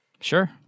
Sure